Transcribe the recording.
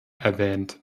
erwähnt